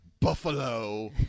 buffalo